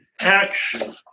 action